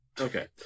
Okay